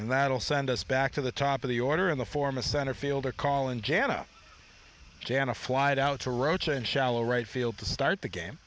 that'll send us back to the top of the order in the form a center fielder calling jana jana flied out to roach in shallow right field to start